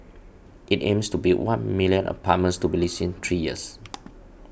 it aims to build one million apartments to be leased in three years